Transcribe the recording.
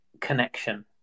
connection